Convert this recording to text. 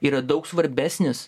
yra daug svarbesnis